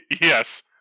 Yes